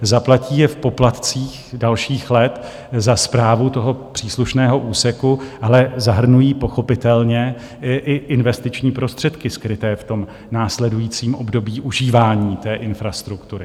Zaplatí je v poplatcích dalších let za správu toho příslušného úseku, ale zahrnují pochopitelně i investiční prostředky skryté v následujícím období užívání infrastruktury.